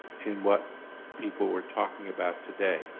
and what people were talking about today.